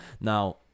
now